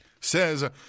says